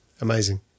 Amazing